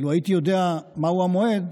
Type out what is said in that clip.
לו הייתי יודע מהו המועד,